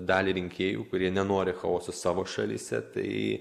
dalį rinkėjų kurie nenori chaoso savo šalyse tai